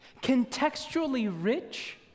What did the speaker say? contextually-rich